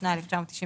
התשנ"ה 1995,